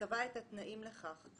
וקבעה את התנאים לכך.